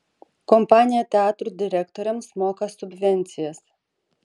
kompanija teatrų direktoriams moka subvencijas